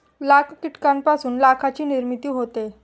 लाख कीटकांपासून लाखाची निर्मिती होते